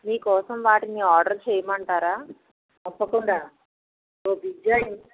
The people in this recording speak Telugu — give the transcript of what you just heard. మీకోసం వాటిని ఆర్డర్ చేయిమంటారా తప్పకుండా ఓహ్ పిజ్జా ఇన్